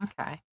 Okay